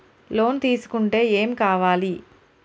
Loan తీసుకుంటే ఏం కావాలి?